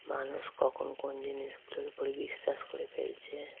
মানুষ কখন কোন জিনিসগুলোর উপরে বিশ্বাস করে ফেলছে